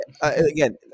Again